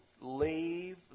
leave